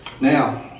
Now